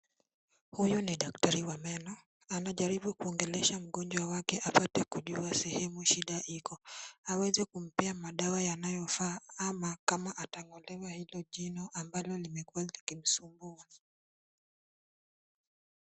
Huyu ni daktari wa meno, anajaribu kuongelesha mgonjwa wake apate kujua sehemu shida iko ili aweze kumpea madawa ambayo yanayofaa ama atangolewa hilo jino ambalo limekuwa likimsumbua.